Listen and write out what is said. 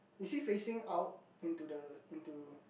is he facing out into the into